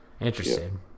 Interesting